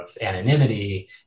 anonymity